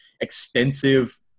extensive